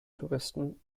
touristen